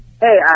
Hey